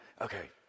okay